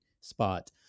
spot